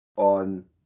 on